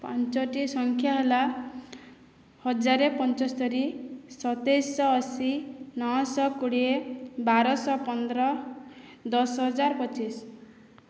ପାଞ୍ଚଟି ସଂଖ୍ୟା ହେଲା ହଜାର ପଞ୍ଚସ୍ତରୀ ସତେଇଶଶହ ଅଶି ନଅଶହ କୋଡ଼ିଏ ବାରଶହ ପନ୍ଦର ଦଶହଜାର ପଚିଶ